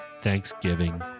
Thanksgiving